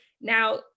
now